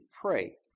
Pray